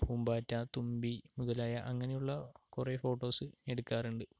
പൂമ്പാറ്റ തുമ്പി മുതലായ അങ്ങനെയുള്ള കുറെ ഫോട്ടോസ് എടുക്കാറുണ്ട്